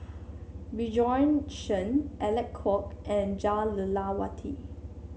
Bjorn Shen Alec Kuok and Jah Lelawati